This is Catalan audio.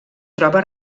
troba